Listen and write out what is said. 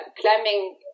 climbing